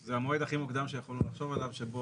זה המועד הכי מוקדם שיכולנו לחשוב עליו שבו